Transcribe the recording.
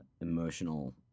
emotional